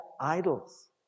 idols